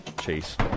chase